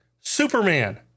Superman